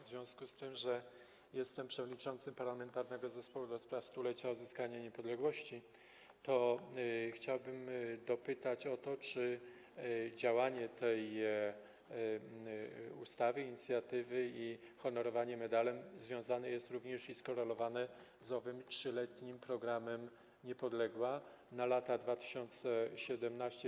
W związku z tym, że jestem przewodniczącym parlamentarnego zespołu do spraw obchodów stulecia odzyskania niepodległości, to chciałbym dopytać o to, czy działanie tej ustawy, inicjatywy i honorowanie medalem, związane jest również i skorelowane z owym 3-letnim programem „Niepodległa” na lata 2017–2021.